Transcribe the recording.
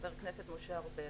חבר הכנסת משה ארבל.